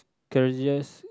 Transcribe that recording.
craziest